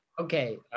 Okay